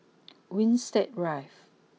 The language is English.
Winstedt Drive